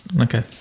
okay